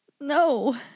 No